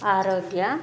ఆరోగ్య